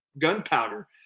gunpowder